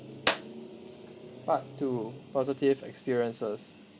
part two positive experiences